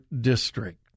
district